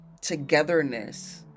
togetherness